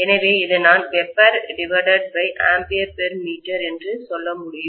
எனவே இதை நான்WbAmp m என்று சொல்ல முடியும்